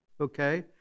okay